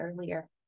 earlier